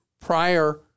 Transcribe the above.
prior